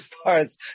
starts